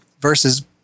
versus